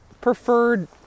preferred